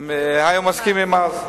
הן היו מסכימות אז.